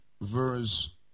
verse